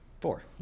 Four